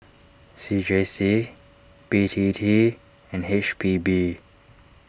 C J C B T T and H P B